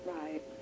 Right